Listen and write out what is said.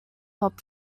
hop